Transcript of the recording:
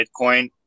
Bitcoin